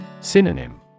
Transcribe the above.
Synonym